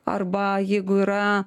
arba jeigu yra